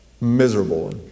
miserable